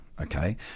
Okay